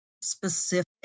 specific